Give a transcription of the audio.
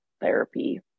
therapy